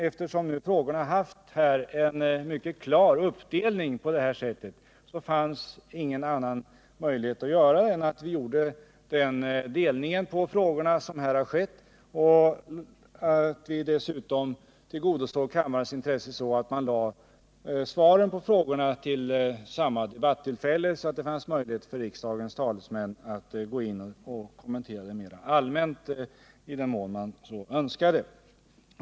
Eftersom de nu aktuella frågorna mycket klart kunnat kategoriseras efter dessa linjer, fanns det ingen annan möjlighet att fördela dem än på det sätt som här skett. Vi har dessutom genom att föra samman svaren på frågorna till samma debattillfälle velat ge ledamöterna möjlighet att kommentera dessa mera allmänt, i den mån man så önskade.